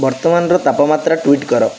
ବର୍ତ୍ତମାନର ତାପମାତ୍ରା ଟୁଇଟ୍ କର